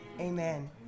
Amen